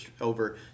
over